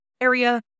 area